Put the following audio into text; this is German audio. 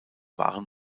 waren